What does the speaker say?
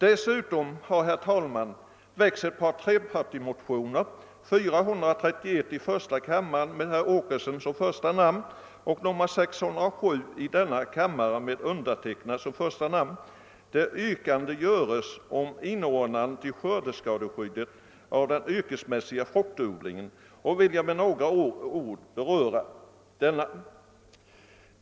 Dessutom har väckts ett par stycken trepartimotioner, nämligen I1:431 med herr Åkesson som första namn, och II: 607 med mig som förste undertecknare, vari yrkas inordnande i skördeskadeskyddet av den yrkesmässiga fruktodlingen. Jag vill med några ord beröra dessa motioner.